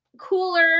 cooler